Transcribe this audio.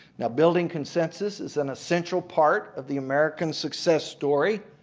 now building consensus is an essential part of the american success story.